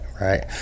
right